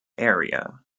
area